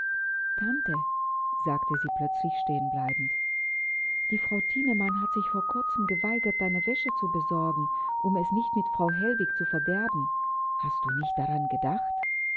tante sagte sie plötzlich stehen bleibend die frau thienemann hat sich vor kurzem geweigert deine wäsche zu besorgen um es nicht mit frau hellwig zu verderben hast du nicht daran gedacht